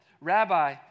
Rabbi